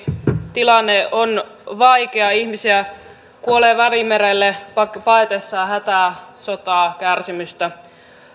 tilanne on vaikea ihmisiä kuolee välimerelle paetessaan hätää sotaa kärsimystä